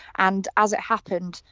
and as it happened,